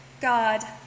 God